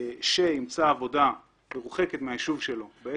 וימצא עבודה מרוחקת מהיישוב בו הוא מתגורר,